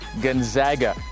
Gonzaga